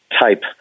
type